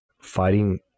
fighting